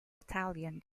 battalion